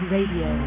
Radio